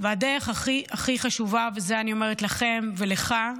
הדרך הכי חשובה, ואת זה אני אומרת לכם, ולך,